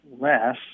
less